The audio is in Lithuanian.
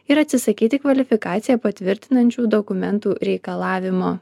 ir atsisakyti kvalifikaciją patvirtinančių dokumentų reikalavimo